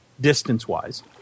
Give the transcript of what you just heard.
distance-wise